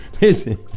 Listen